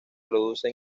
produce